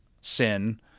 sin